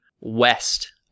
west